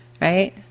right